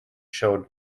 showed